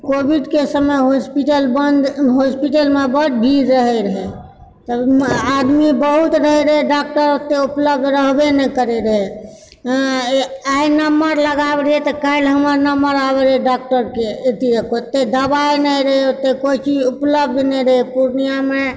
कोविडके समय हॉस्पिटल बन्द हॉस्पिटलमे बड्ड भीड़ रहैत रहए तऽ आदमी बहुत रहैत रहए डॉक्टर ओते उपलब्ध रहबे नहि करए रहए हँ आइ नम्बर लगावए रहिए तऽ काल्हि हमर नम्बर आबैए रहए डॉक्टरके ओतए ओतेक दवाइ नहि रहए ओतऽ कोइ चीज उपलब्ध नहि रहए पूर्णियाँमे